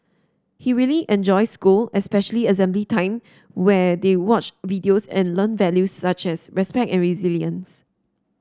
he really enjoys school especially assembly time where they watch videos and learn values such as respect and resilience